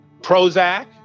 Prozac